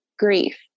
grief